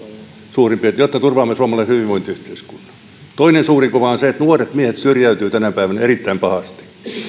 suurin piirtein satatuhatta työpaikkaa jotta turvaamme suomalaisen hyvinvointiyhteiskunnan toinen suuri kuva on se että nuoret miehet syrjäytyvät tänä päivänä erittäin pahasti